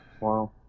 wow